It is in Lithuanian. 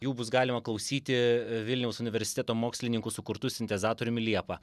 jų bus galima klausyti vilniaus universiteto mokslininkų sukurtu sintezatoriumi liepa